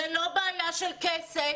זאת לא בעיה של כסף.